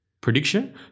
prediction